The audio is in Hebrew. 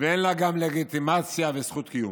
ואין לה לגיטימציה וזכות קיום.